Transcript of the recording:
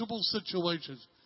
situations